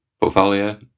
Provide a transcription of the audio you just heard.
portfolio